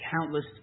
countless